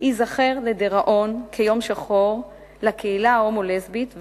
ייזכר לדיראון כיום שחור לקהילה ההומו-לסבית,